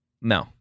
No